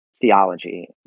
theology